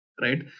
Right